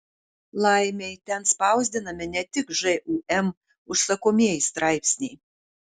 laimei ten spausdinami ne tik žūm užsakomieji straipsniai